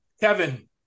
Kevin